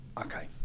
Okay